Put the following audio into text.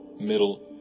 middle